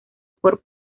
por